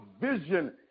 vision